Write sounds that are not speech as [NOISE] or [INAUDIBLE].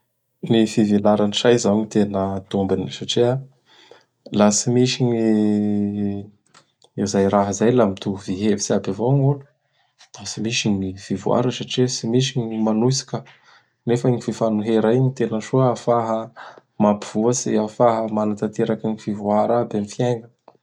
[NOISE] Ny fivelara'ny say zao gny tena tombony satria [NOISE] laha tsy misy gny izay raha izay laha mitovy hevitsy aby avao gny olo. [NOISE] Da tsy misy gny fivoara satria tsy misy gny manohitsy ka. Nefa i fifanohera igny ny tena soa ahafaha [NOISE] mpivoatsy, ahafaha manatanteraky gny fivoara aby am fiaigna.